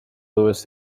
louis